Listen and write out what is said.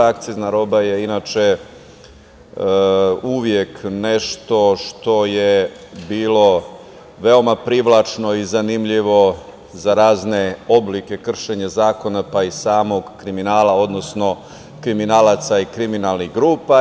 Akcizna roba je uvek nešto što je bilo veoma privlačno i zanimljivo za razne oblike kršenja zakona, pa i samog kriminala, odnosno kriminalaca i kriminalnih grupa.